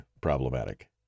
problematic